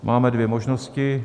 Máme dvě možnosti.